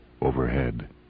Overhead